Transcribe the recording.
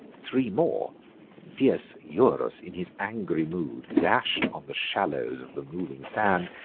three more fierce eurus, in his angry mood, dash'd on the shallows of the moving sand,